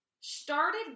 started